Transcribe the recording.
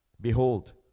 Behold